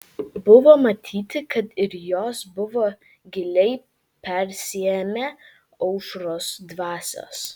buvo matyt kad ir jos buvo giliai persiėmę aušros dvasios